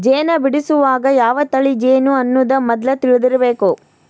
ಜೇನ ಬಿಡಸುವಾಗ ಯಾವ ತಳಿ ಜೇನು ಅನ್ನುದ ಮದ್ಲ ತಿಳದಿರಬೇಕ